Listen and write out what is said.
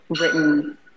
written